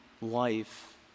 life